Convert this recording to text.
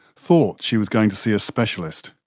thought she was going to see a specialist.